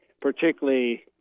particularly